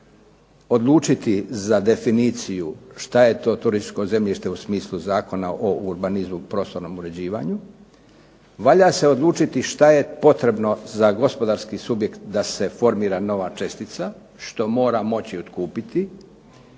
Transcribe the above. odlučiti za definiciju šta je to turističko zemljište u smislu Zakona o urbanizmu i prostornom uređivanju, valja se odlučiti šta je potrebno za gospodarski subjekt da se formira nova čestica što mora moći otkupiti